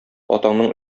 атаңның